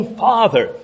father